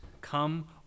Come